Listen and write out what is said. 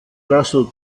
russell